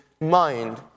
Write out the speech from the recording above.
mind